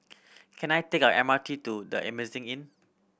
can I take a M R T to The Amazing Inn